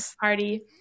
Party